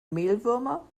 mehlwürmer